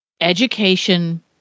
education